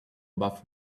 above